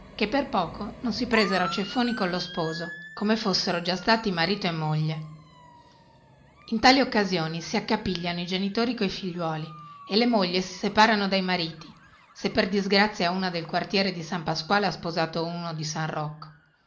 che per poco non si presero a ceffoni collo sposo come fossero già stati marito e moglie in tali occasioni si accapigliano i genitori coi figliuoli e le mogli si separano dai mariti se per disgrazia una del quartiere di san pasquale ha sposato uno di san rocco